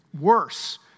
worse